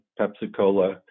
Pepsi-Cola